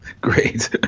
Great